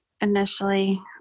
initially